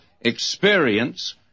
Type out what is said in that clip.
experience